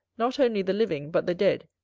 not only the living, but the dead,